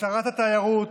לשרת התיירות,